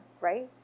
right